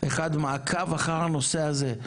אחד מעקב אחר הנושא הזה,